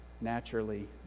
naturally